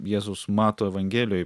jėzus mato evangelijoj